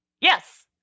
Yes